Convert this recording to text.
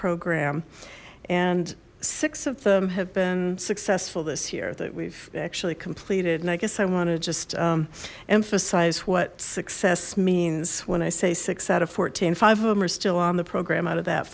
program and six of them have been successful this year that we've actually completed and i guess i want to just emphasize what six means when i say six out of fourteen five of them are still on the program out of that